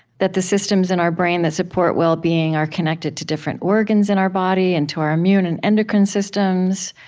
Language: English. that the systems in our brain that support well-being are connected to different organs in our body and to our immune and endocrine systems,